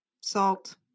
salt